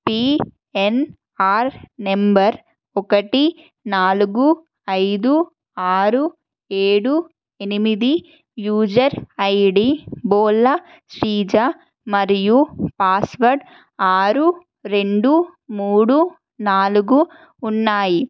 P N R number ఒకటి నాలుగు ఐదు ఆరు ఏడు ఎనిమిది user I D Bola Sreeja మరియు పాస్వర్డ్ ఆరు రెండు మూడు నాలుగు ఉన్నాయి